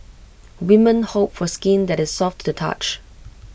women hope for skin that is soft to the touch